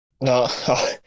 no